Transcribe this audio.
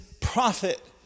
prophet